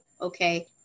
okay